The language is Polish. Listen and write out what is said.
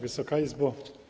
Wysoka Izbo!